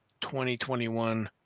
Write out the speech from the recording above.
2021